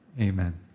amen